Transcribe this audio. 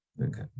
okay